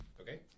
Okay